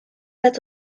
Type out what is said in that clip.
met